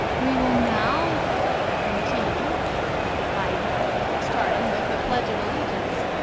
we will now continue by starting with the pledge of allegiance.